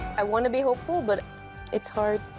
i want to be hopeful, but it's hard.